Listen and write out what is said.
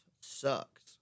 sucks